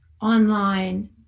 online